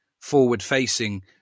forward-facing